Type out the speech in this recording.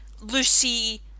Lucy